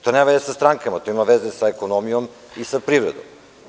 To nema veze sa strankama, to ima veze sa ekonomijom i sa privredom.